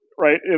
right